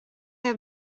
have